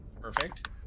Perfect